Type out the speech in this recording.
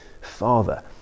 Father